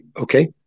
Okay